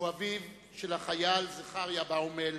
הוא אביו של החייל זכריה באומל,